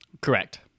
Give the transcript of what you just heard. Correct